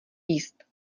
jíst